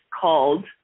called